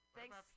Thanks